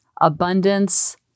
abundance